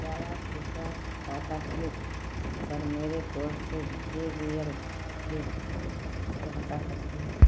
क्या आप कृपया टाटा क्लिक पर मेरे कार्ट से ज़े बी एल फ्लिप को हटा सकते हैं